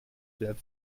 flap